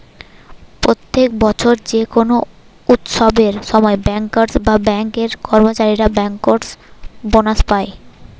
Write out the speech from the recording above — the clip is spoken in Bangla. প্রত্যেক বছর যে কোনো উৎসবের সময় বেঙ্কার্স বা বেঙ্ক এর কর্মচারীরা বেঙ্কার্স বোনাস পায়